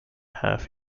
half